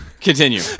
Continue